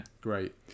Great